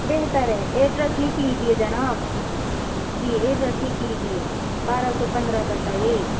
بہتر ہے ایڈریس لکھ لیجیے جناب جی ایڈریس لکھ لیجیے بارہ سو پندرہ بٹا اے